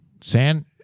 San